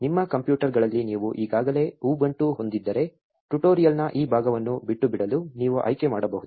ನಿಮ್ಮ ಕಂಪ್ಯೂಟರ್ಗಳಲ್ಲಿ ನೀವು ಈಗಾಗಲೇ ಉಬುಂಟು ಹೊಂದಿದ್ದರೆ ಟ್ಯುಟೋರಿಯಲ್ನ ಈ ಭಾಗವನ್ನು ಬಿಟ್ಟುಬಿಡಲು ನೀವು ಆಯ್ಕೆ ಮಾಡಬಹುದು